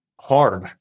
hard